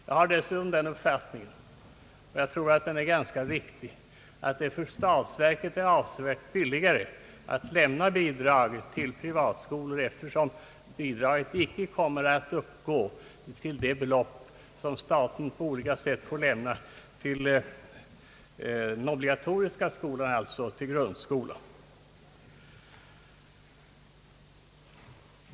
Jag har dessutom den uppfattningen — och jag tror att den är ganska riktig — att det för statsverket är avsevärt billigare att lämna bidrag till privatskolor, eftersom bidraget icke kommer att uppgå till det belopp som staten på olika sätt får lämna till den obligatoriska skolan, alltså till grundskolan.